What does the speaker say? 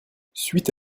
suite